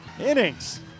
innings